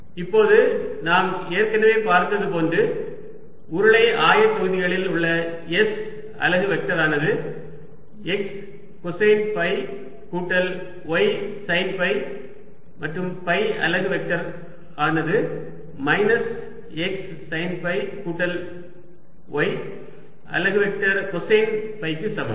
இப்போது நாம் ஏற்கனவே பார்த்தது போன்று உருளை ஆயத்தொகுதிகளில் உள்ள s அலகு வெக்டர் ஆனது x கொசைன் ஃபை கூட்டல் y சைன் ஃபை மற்றும் ஃபை அலகு வெக்டர் ஆனது மைனஸ் x சைன் ஃபை கூட்டல் y அலகு வெக்டர் கொசைன் ஃபைக்கு சமம்